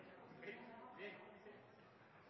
me gjer